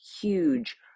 huge